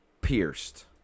pierced